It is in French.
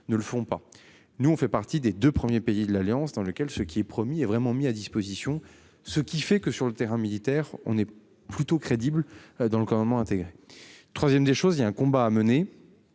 ne le font pas, nous on fait partie des deux premiers pays de l'Alliance dans lequel ce qui est promis est vraiment mis à disposition ce qui fait que sur le terrain militaire, on est plutôt crédible dans le commandement intégré 3ème des choses, il y a un combat à mener.